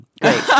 Great